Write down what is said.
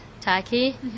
tacky